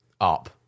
up